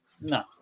No